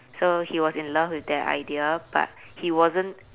so he was in love with that idea but he wasn't